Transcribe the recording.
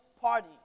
party